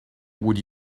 would